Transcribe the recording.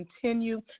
continue